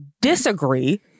Disagree